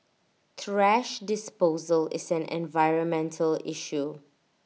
thrash disposal is an environmental issue